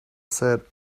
said